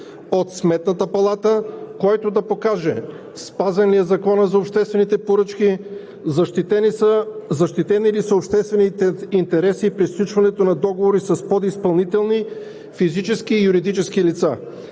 от Сметната палата, който да покаже спазен ли е Законът за обществените поръчки, защитени ли са обществените интереси при сключването на договори с подизпълнители – физически и юридически лица,